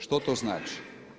Što to znači?